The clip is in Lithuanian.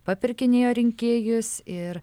papirkinėjo rinkėjus ir